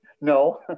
no